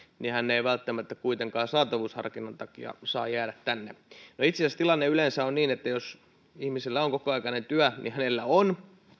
niin hän ei välttämättä kuitenkaan saatavuusharkinnan takia saa jäädä tänne itse asiassa tilanne yleensä on niin että jos ihmisellä on kokoaikainen työ niin hänellä on